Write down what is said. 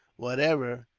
whatever,